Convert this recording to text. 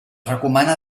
recomana